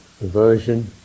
aversion